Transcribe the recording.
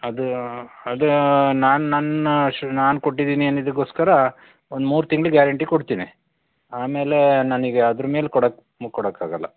ಅದು ಅದು ನಾನು ನನ್ನ ಶ್ರ ನಾನು ಕೊಟ್ಟಿದ್ದೀನಿ ಅಂದದ್ದಕ್ಕೋಸ್ಕರ ಒಂದು ಮೂರು ತಿಂಗಳು ಗ್ಯಾರಂಟಿ ಕೊಡ್ತೇನೆ ಆಮೇಲೆ ನನಗೆ ಅದರ ಮೇಲೆ ಕೊಡಕ್ಕೆ ಮು ಕೊಡಕ್ಕಾಗಲ್ಲ